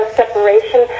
separation